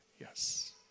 Yes